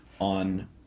on